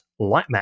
Lightmap